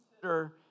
consider